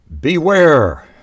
Beware